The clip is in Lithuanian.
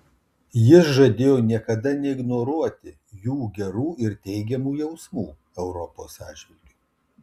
jis žadėjo niekada neignoruoti jų gerų ir teigiamų jausmų europos atžvilgiu